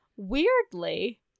Weirdly